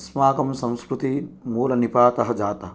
अस्माकं संस्कृति मूल निपातः जातः